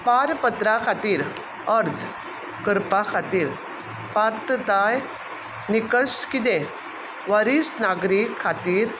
पारपत्रा खातीर अर्ज करपा खातीर पात्रताय निकश कितें वरिश्ट नागरी खातीर